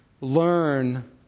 learn